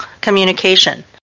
communication